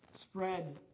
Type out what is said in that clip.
spread